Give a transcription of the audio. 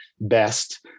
best